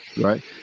right